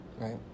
Right